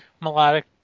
melodic